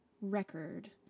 record